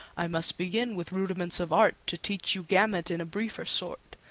i must begin with rudiments of art to teach you gamut in a briefer sort,